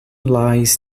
lies